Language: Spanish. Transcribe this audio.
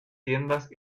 tiendas